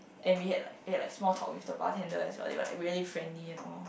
and we had like we had like small talk with the bartender as well they were like really friendly and all